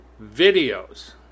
videos